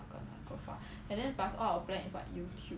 profile and then passed out of like you got youtube